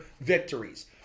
victories